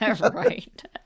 Right